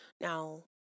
Now